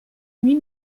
nuit